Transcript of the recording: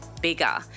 bigger